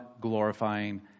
glorifying